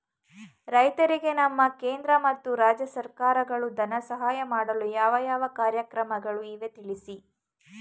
ರೈತರಿಗೆ ನಮ್ಮ ಕೇಂದ್ರ ಮತ್ತು ರಾಜ್ಯ ಸರ್ಕಾರಗಳು ಧನ ಸಹಾಯ ಮಾಡಲು ಯಾವ ಯಾವ ಕಾರ್ಯಕ್ರಮಗಳು ಇವೆ ತಿಳಿಸಿ?